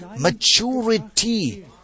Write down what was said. maturity